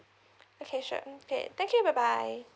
okay sure okay thank you bye bye